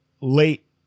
late